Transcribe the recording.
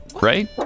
right